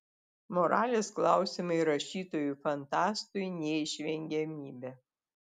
moralės klausimai rašytojui fantastui neišvengiamybė